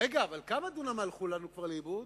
רגע, אבל כמה דונם כבר הלכו לנו לאיבוד?